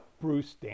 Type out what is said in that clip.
Bruce